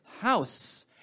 house